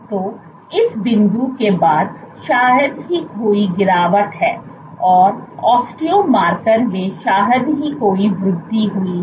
तो इस बिंदु के बाद शायद ही कोई गिरावट है और ऑस्टियो मार्कर में शायद ही कोई वृद्धि हुई है